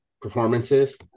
performances